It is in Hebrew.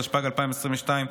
התשפ"ג 2022,